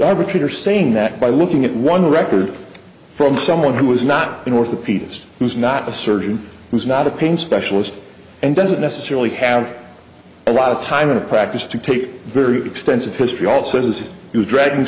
arbitrator saying that by looking at one record from someone who was not an orthopedist who is not a surgeon who is not a pain specialist and doesn't necessarily have a lot of time or practice to take very expensive history also as it is dragging